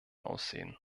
aussehen